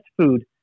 food